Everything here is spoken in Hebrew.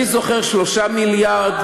אני זוכר 3 מיליארד,